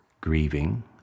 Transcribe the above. grieving